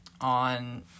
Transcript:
on